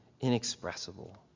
inexpressible